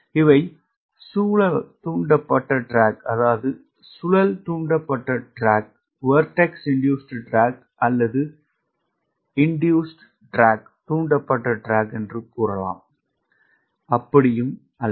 இவை சுழல் தூண்டப்பட்ட ட்ராக் ட்ராக் அல்லது இண்டூஸ்ட் ட்ராக் அல்ல